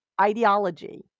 ideology